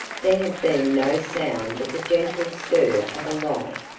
there had been no sound but the gentle stir of a light,